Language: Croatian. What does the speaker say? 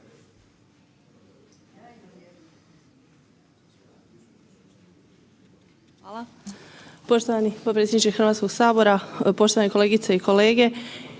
Hvala.